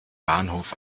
bahnhof